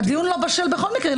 הדיון לא בשל בכל מקרה.